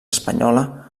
espanyola